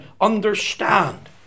understand